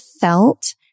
felt